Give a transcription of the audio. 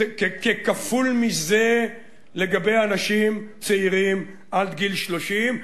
כפול מזה לגבי אנשים צעירים עד גיל 30,